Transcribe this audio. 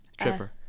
Tripper